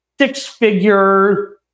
six-figure